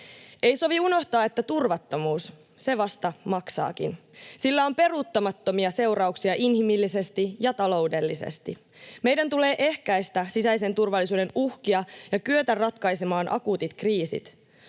Ei sovi unohtaa, että turvattomuus, se vasta maksaakin. Sillä on peruuttamattomia seurauksia inhimillisesti ja taloudellisesti. Meidän tulee ehkäistä sisäisen turvallisuuden uhkia ja kyetä ratkaisemaan akuutit kriisit.